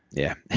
yeah.